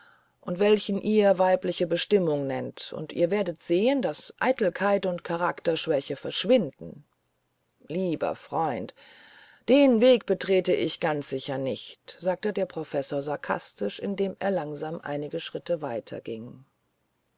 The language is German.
und welchen ihr weibliche bestimmung nennt und ihr werdet sehen daß eitelkeit und charakterschwäche verschwinden lieber freund den weg betrete ich ganz sicher nicht sagte der professor sarkastisch indem er langsam einige schritte weiter